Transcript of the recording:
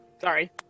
sorry